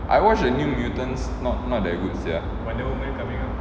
I watch the new mutants not not that good sia